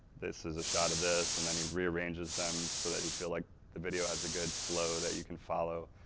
this is a shot of this and then he rearranges them so that you feel like the video has a good flow that you can follow.